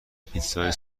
پیتزای